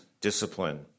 discipline